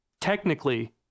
technically